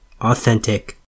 authentic